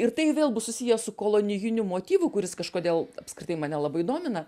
ir tai vėl bus susiję su kolonijiniu motyvu kuris kažkodėl apskritai mane labai domina